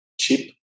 cheap